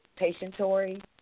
Patientory